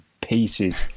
pieces